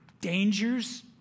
dangers